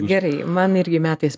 gerai man irgi metas